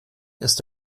ist